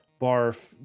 Barf